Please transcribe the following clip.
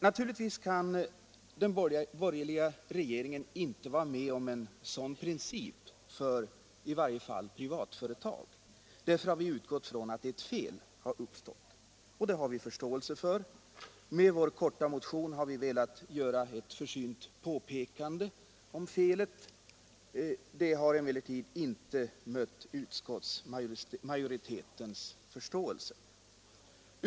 Naturligtvis kan den borgerliga regeringen inte vara med om en sådan princip för i varje fall privatföretag. Därför har vi utgått ifrån att ett fel har uppstått, och det har vi förståelse för. Med vår korta motion har vi velat göra ett försynt påpekande om felet. Det har emellertid inte mött utskottsmajoritetens förståelse.